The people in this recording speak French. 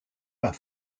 pas